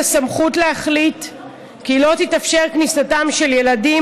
הסמכות להחליט כי לא תתאפשר כניסתם של ילדים,